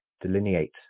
delineate